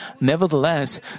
Nevertheless